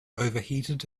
overheated